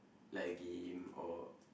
like game or